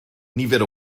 nifer